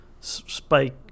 spike